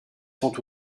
sont